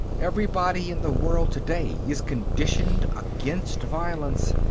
everybody in the world today is conditioned against violence,